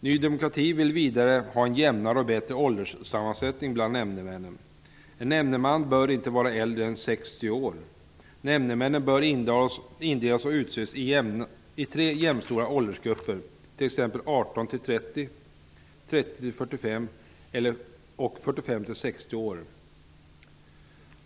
Ny demokrati vill vidare ha en jämnare och bättre ålderssammansättning bland nämndemännen. En nämndeman bör inte vara äldre än 60 år. Nämndemännen bör indelas och utses i tre jämstora åldersgrupper, exempelvis 18--30, 30--45 och 45--60 år.